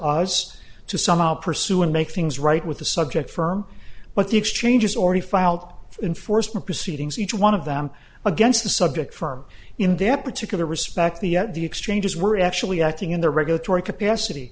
us to somehow pursue and make things right with the subject firm but the exchanges already filed enforcement proceedings each one of them against the subject firm in their particular respect the at the exchanges were actually acting in their regulatory capacity